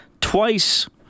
twice